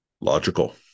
logical